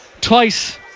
Twice